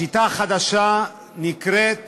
השיטה החדשה נקראת